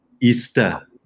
easter